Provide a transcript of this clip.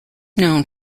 known